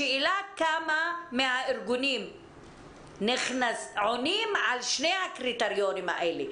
השאלה היא כמה מהארגונים עונים על שני הקריטריונים האלה.